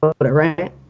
right